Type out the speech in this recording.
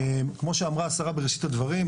כמו שאמרה השרה בראשית הדברים,